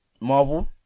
Marvel